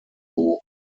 who